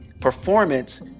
performance